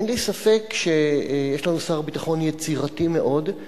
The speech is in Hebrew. אין לי ספק שיש לנו שר ביטחון יצירתי מאוד.